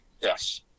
Yes